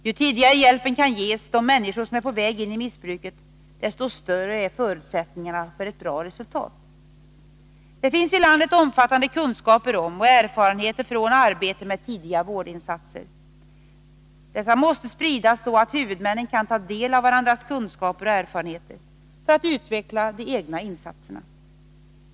Ju tidigare hjälpen kan ges de människor som är på väg in i missbruket, desto större är förutsättningarna för ett bra resultat. Det finns i landet omfattande kunskaper om och erfarenheter från arbete med tidiga vårdinsatser. Dessa måste spridas, så att huvudmännen kan ta del m.m. av varandras kunskaper och erfarenheter för att utveckla de egna insatserna.